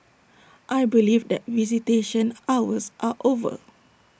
I believe that visitation hours are over